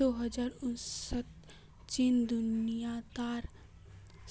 दो हजार उन्नीसत चीन दुनियात